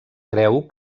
creu